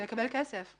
כדי לקבל כסף.